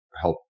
help